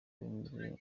bimeze